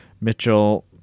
Mitchell